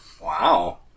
Wow